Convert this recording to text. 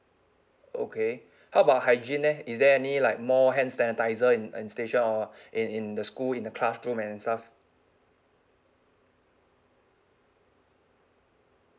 okay how about hygiene leh is there any like more hand sanitiser in in station or in in the school in the classroom and stuff